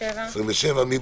רוויזיה על הסתייגות מס' 14. מי